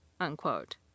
unquote